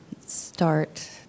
start